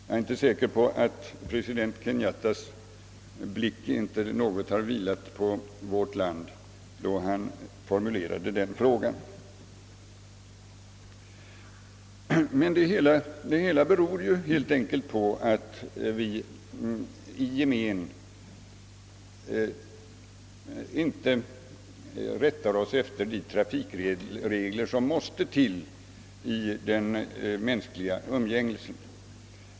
Jag är inte säker på att president Kenyattas blick inte något har vilat på vårt land, då han formulerade den frågan. Men det hela beror helt enkelt på att vi i gemen inte rättar oss efter de trafikregler som måste till i det mänskliga umgänget.